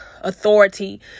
authority